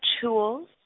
tools